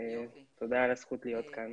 תודה על הזכות להיות כאן.